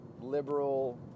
liberal